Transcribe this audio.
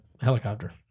helicopter